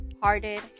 Hearted